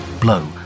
blow